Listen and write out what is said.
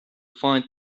find